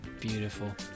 Beautiful